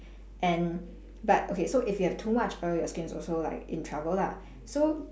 and but okay so if you have too much oil your skin is also like in trouble lah so